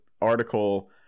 article